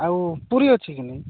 ଆଉ ପୁରୀ ଅଛି କି